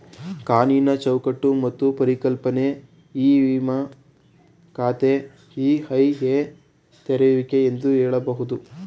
ಕಾನೂನು ಚೌಕಟ್ಟು ಮತ್ತು ಪರಿಕಲ್ಪನೆ ಇ ವಿಮ ಖಾತೆ ಇ.ಐ.ಎ ತೆರೆಯುವಿಕೆ ಎಂದು ಹೇಳಬಹುದು